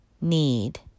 need